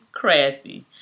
crassy